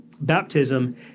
baptism